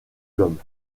l’homme